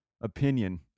opinion